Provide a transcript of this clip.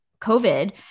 COVID